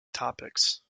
topics